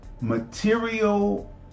Material